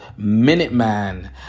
Minuteman